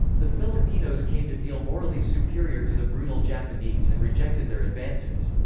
the filipinos came to feel morally superior to the brutal japanese and rejected their advances.